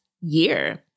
year